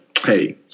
hey